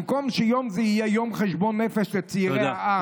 במקום שיום זה יהיה יום חשבון נפש לצעירי העם,